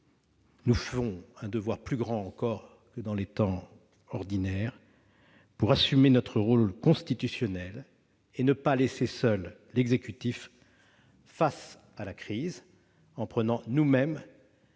nous font un devoir plus grand encore que dans les temps ordinaires de jouer notre rôle constitutionnel et de ne pas laisser l'exécutif seul face à la crise, en prenant notre